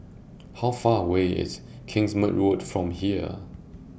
How Far away IS Kingsmead Road from here